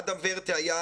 אדם ורטה היה